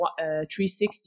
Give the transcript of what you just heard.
360